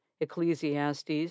Ecclesiastes